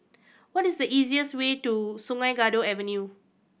what is the easiest way to Sungei Kadut Avenue